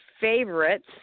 favorites